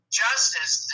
justice